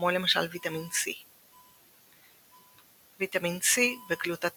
כמו למשל ויטמין C. ויטמין C וגלוטטיון